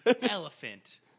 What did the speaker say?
Elephant